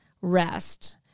rest